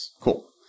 cool